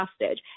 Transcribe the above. hostage